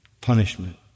punishment